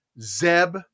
Zeb